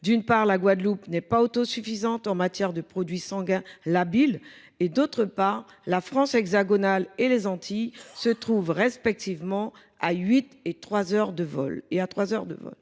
En effet, la Guadeloupe n’est pas autosuffisante en matière de produits sanguins labiles. En outre, la France hexagonale et les Antilles se trouvent respectivement à huit et trois heures de vol.